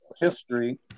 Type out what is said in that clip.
history